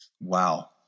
Wow